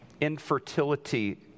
infertility